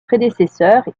prédécesseurs